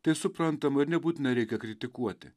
tai suprantama ir nebūtinai reikia kritikuoti